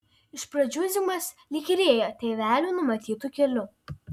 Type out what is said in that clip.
iš pradžių zigmas lyg ir ėjo tėvelių numatytu keliu